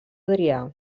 adrià